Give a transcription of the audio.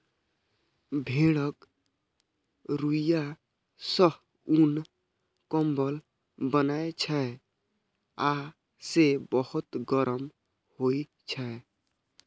भेड़क रुइंया सं उन, कंबल बनै छै आ से बहुत गरम होइ छै